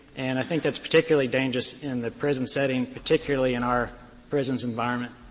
and i think that's particularly dangerous in the prison setting, particularly in our prison's environment.